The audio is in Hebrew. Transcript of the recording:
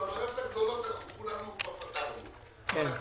את הבעיות הגדולות כולנו פתרנו אבל הבעיות